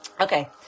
Okay